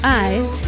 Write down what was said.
eyes